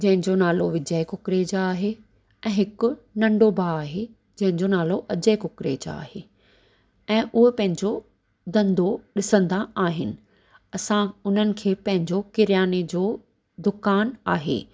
जंहिंजो नालो विजय कुकरेजा आहे ऐं हिकु नंढो भाउ आहे जंहिंजो नालो अजय कुकरेजा आहे ऐं उहा पंहिंजो धंधो ॾिसंदा आहिनि असां उन्हनि खे पंहिंजो किरयाने जो दुकानु आहे